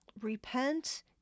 Repent